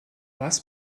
was